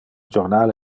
jornal